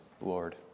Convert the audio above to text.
Lord